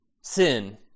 sin